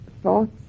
Thoughts